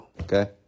okay